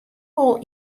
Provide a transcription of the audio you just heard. wol